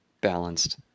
balanced